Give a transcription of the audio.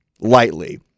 lightly